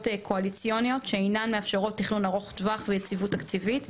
קואליציוניות שאינן מאפשרות תכנון ארוך טווח ויציבות תקציבית.